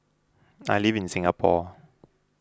I live in Singapore